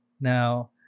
Now